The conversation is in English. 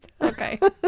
okay